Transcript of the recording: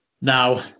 Now